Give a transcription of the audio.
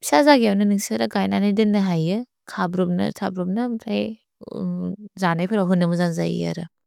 बर जगर् लकय नुन्ग सर कैनने दुन् देह हैन्, खब् रुब्न, थग् रुब्न, प्रए जन्ग बिफेर् होदन् मुजाहिने जाहि हर।